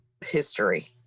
history